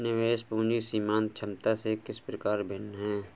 निवेश पूंजी सीमांत क्षमता से किस प्रकार भिन्न है?